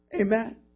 Amen